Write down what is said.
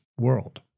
world